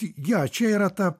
jo čia yra ta